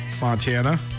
Montana